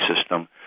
system